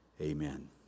Amen